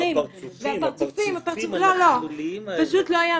אני יכול לתת